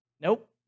Nope